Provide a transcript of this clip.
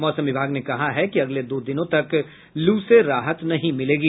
मौसम विभाग ने कहा है कि अगले दो दिनों तक लू से राहत नहीं मिलेगी